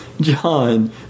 John